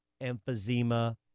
emphysema